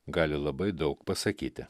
gali labai daug pasakyti